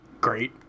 Great